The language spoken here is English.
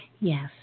Yes